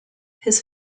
his